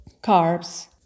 carbs